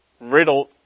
riddled